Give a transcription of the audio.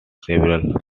several